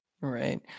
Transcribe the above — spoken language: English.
Right